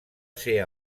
ser